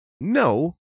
No